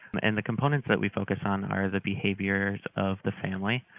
and the components that we focus on are the behaviors of the family,